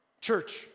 Church